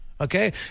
Okay